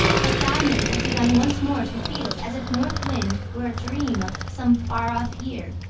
that diamond had begun once more to feel as if north wind were a dream of some far-off year.